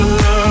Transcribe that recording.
love